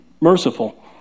merciful